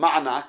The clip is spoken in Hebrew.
מענק